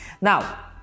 now